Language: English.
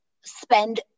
spend